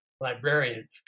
librarian